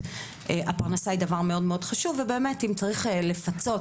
הפרנסה היא דבר מאוד חשוב ואם צריך לפצות